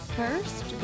first